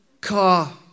car